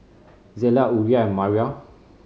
Zella Uriah and Maria